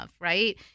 right